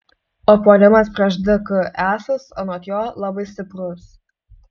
o puolimas prieš dk esąs anot jo labai stiprus